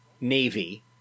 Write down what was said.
Navy